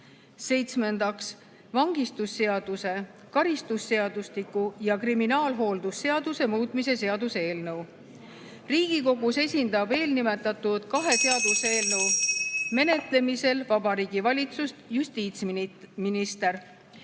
Seitsmendaks, vangistusseaduse, karistusseadustiku ja kriminaalhooldusseaduse muutmise seaduse eelnõu. Riigikogus esindab eelnimetatud (Juhataja helistab kella.) kahe seaduseelnõu menetlemisel Vabariigi Valitsust justiitsminister.